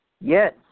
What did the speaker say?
Yes